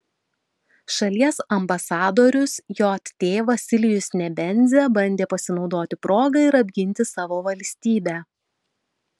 šalies ambasadorius jt vasilijus nebenzia bandė pasinaudoti proga ir apginti savo valstybę